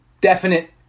definite